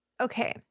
Okay